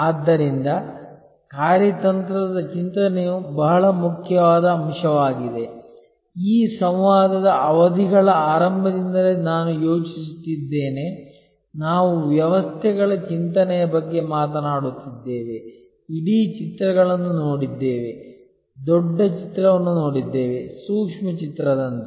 ಆದ್ದರಿಂದ ಕಾರ್ಯತಂತ್ರದ ಚಿಂತನೆಯು ಬಹಳ ಮುಖ್ಯವಾದ ಅಂಶವಾಗಿದೆ ಈ ಸಂವಾದದ ಅವಧಿಗಳ ಆರಂಭದಿಂದಲೇ ನಾನು ಯೋಚಿಸುತ್ತಿದ್ದೇನೆ ನಾವು ವ್ಯವಸ್ಥೆಗಳ ಚಿಂತನೆಯ ಬಗ್ಗೆ ಮಾತನಾಡುತ್ತಿದ್ದೇವೆ ಇಡೀ ಚಿತ್ರಗಳನ್ನು ನೋಡಿದ್ದೇವೆ ದೊಡ್ಡ ಚಿತ್ರವನ್ನು ನೋಡಿದ್ದೇವೆ ಸೂಕ್ಷ್ಮ ಚಿತ್ರದಂತೆ